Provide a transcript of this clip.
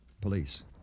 Police